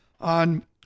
on